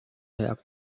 help